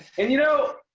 and you know,